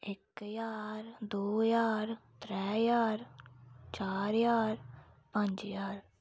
इक ज्हार दो ज्हार त्रै ज्हार चार ज्हार पंज ज्हार